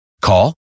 Call